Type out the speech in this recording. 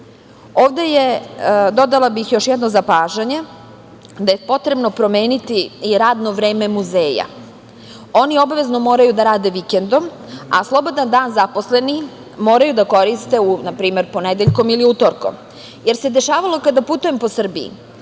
je, dodala bih još jedno zapažanje, potrebno promeniti i radno vreme muzeja. Oni obavezno moraju da rade vikendom, a slobodan dan zaposleni moraju da koriste na primer ponedeljkom ili utorkom, jer se dešavalo kada putujem po Srbiji